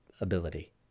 ability